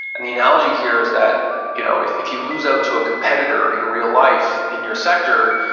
and the analogy here is that you know if if you lose out to a competitor in real life in your sector,